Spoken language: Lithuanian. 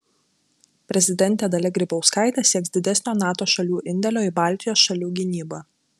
prezidentė dalia grybauskaitė sieks didesnio nato šalių indėlio į baltijos šalių gynybą